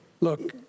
Look